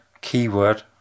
keyword